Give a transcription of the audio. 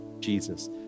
Jesus